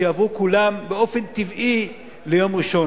שיעברו כולם באופן טבעי ליום ראשון.